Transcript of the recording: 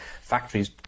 factories